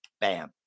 bam